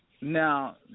Now